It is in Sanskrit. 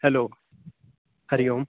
हलो हरिः ओं